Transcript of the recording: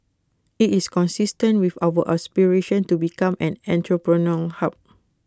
IT is consistent with our aspiration to become an entrepreneurial hub